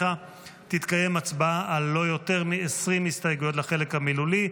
תתקיים הצבעה על לא יותר מ-20 הסתייגויות לחלק המילולי,